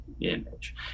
image